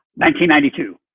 1992